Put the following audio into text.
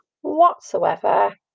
whatsoever